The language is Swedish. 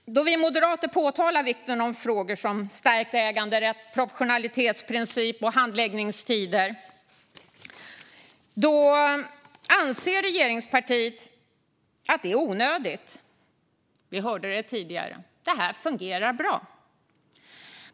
Då vi moderater pekar på vikten av frågor som stärkt äganderätt, proportionalitetsprincip och handläggningstider anser regeringspartiet att det är onödigt. Vi hörde det tidigare: Det här fungerar bra.